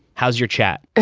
how's your chat?